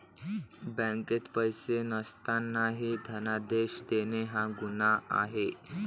बँकेत पैसे नसतानाही धनादेश देणे हा गुन्हा आहे